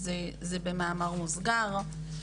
אז זה במאמר מוסגר.